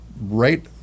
right